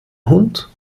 hund